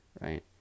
right